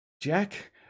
Jack